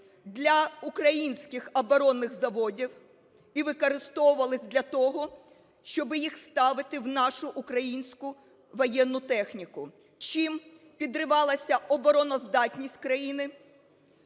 для українських оборонних заводів і використовувалися для того, щоб їх ставити в нашу українську воєнну техніку, чим підривалася обороноздатність країни,